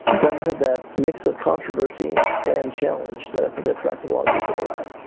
guns had that mix of controversy and challenge that i think attracted a lot of people to them.